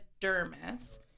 dermis